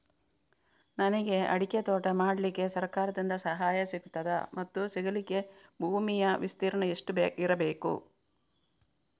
ನನಗೆ ಅಡಿಕೆ ತೋಟ ಮಾಡಲಿಕ್ಕೆ ಸರಕಾರದಿಂದ ಸಹಾಯ ಸಿಗುತ್ತದಾ ಮತ್ತು ಸಿಗಲಿಕ್ಕೆ ಭೂಮಿಯ ವಿಸ್ತೀರ್ಣ ಎಷ್ಟು ಇರಬೇಕು?